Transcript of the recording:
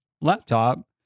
laptop